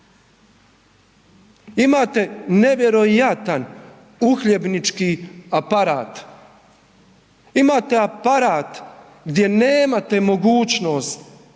Imate nevjerojatan uhljebnički aparat, imate aparat gdje nemate mogućnost